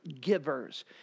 givers